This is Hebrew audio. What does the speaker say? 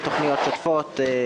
מדובר על תוכניות שוטפות תפעול,